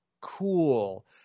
cool